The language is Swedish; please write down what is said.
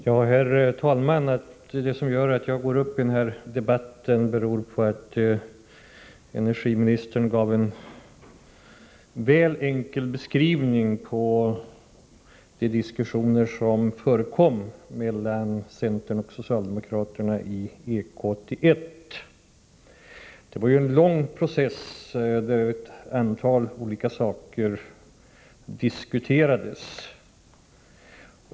Herr talman! Att jag går upp i den här debatten beror på att energiministern gav en väl enkel beskrivning av de diskussioner som fördes mellan centern och socialdemokraterna i EK 81. Det var ju en lång process, där ett antal olika saker diskuterades.